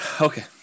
okay